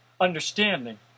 understanding